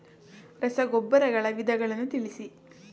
ರಸಗೊಬ್ಬರಗಳ ವಿಧಗಳನ್ನು ತಿಳಿಸಿ?